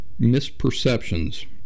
misperceptions